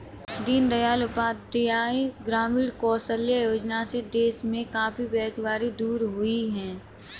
दीन दयाल उपाध्याय ग्रामीण कौशल्य योजना से देश में काफी बेरोजगारी दूर हुई है